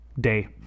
Day